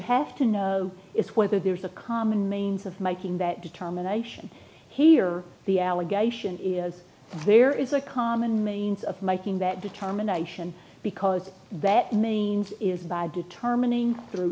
have to know is whether there's a common manes of making that determination here the allegation is there is a common means of making that determination because that means is by determining thr